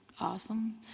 awesome